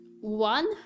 one